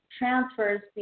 transfers